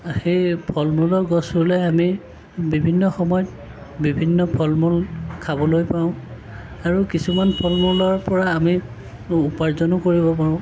সেই ফল মূলৰ গছ ৰুলে আমি বিভিন্ন সময়ত বিভিন্ন ফল মূল খাবলৈ পাওঁ আৰু কিছুমান ফল মূলৰ পৰা আমি উপাৰ্জনো কৰিব পাৰোঁ